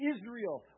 Israel